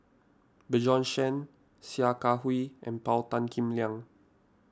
Bjorn Shen Sia Kah Hui and Paul Tan Kim Liang